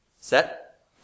Set